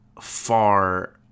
far